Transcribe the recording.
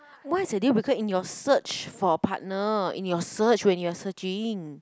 what's a deal breaker in your search for a partner in your search when you are searching